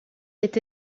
est